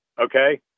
okay